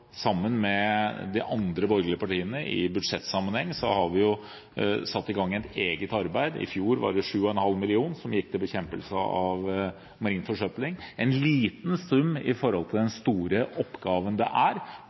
sammen med de andre borgerlige partiene, satt i gang et eget arbeid. I fjor var det 7,5 mill. kr som gikk til bekjempelse av marin forsøpling. Det er en liten sum i forhold til den store oppgaven det er,